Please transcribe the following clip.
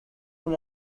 from